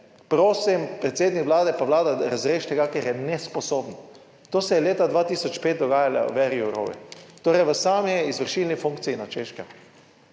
Prosim, predsednik Vlade pa Vlada razreši tega, ker je nesposoben. To se je leta 2005 dogajalo Věri Jourovi, torej v sami izvršilni funkciji na Češkem.